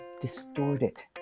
distorted